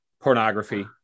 pornography